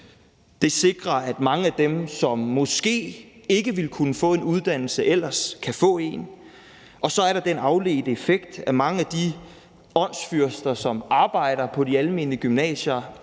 Det sikrer, at mange af dem, som måske ikke ville kunne få en uddannelse ellers, kan få en. Og så er der den afledte effekt, at mange af de åndsfyrster, som arbejder på de almene gymnasier,